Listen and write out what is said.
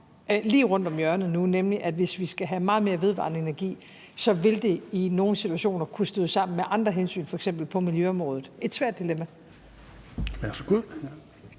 lige rundt om hjørnet nu, nemlig at hvis vi skal have meget mere vedvarende energi, vil det i nogle situationer kunne støde sammen med andre hensyn, f.eks. på miljøområdet – et svært dilemma? Kl.